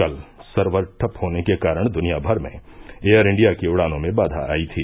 कल सर्वर ठप्प होने के कारण दुनियाभर में एयर इंडिया की उड़ानों में बाधा आई थी